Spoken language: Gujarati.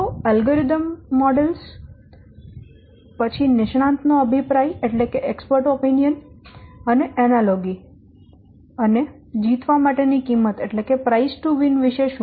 તો અલ્ગોરિધમ મોડેલો નિષ્ણાંત નો અભિપ્રાય એનાલોગી જીતવા માટેની કિંમત વિષે શું